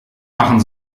machen